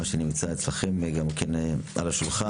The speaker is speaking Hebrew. מה שנמצא אצלכם גם כן על השולחן.